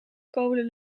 kolen